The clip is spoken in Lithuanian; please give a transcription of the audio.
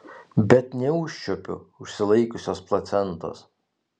bet neužčiuopiu užsilaikiusios placentos